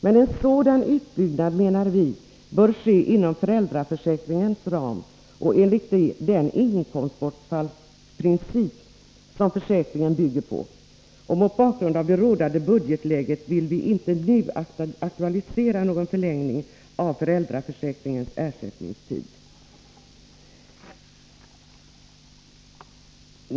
Men en sådan utbyggnad, menar vi, bör ske inom föräldraförsäkringens ram och enligt den inkomstbortfallsprincip som försäkringen bygger på. Mot bakgrund av det rådande budgetläget vill vi inte nu aktualisera en förlängning av föräldraförsäkringens ersättningstid.